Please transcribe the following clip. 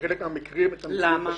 בחלק מהמקרים את המציאות בשטח.